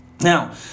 Now